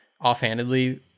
offhandedly